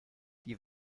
die